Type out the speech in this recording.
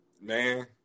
Man